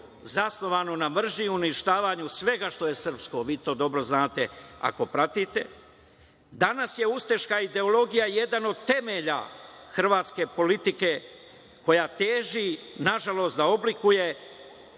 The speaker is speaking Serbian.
zasnovanu na mržnji i uništavanju svega što je srpsko. Vi to dobro znate ako dobro pratite. Danas je ustaška ideologija jedan od temelja Hrvatske politike koja teži, nažalost, da preoblikuje